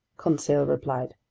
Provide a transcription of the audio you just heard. conseil replied,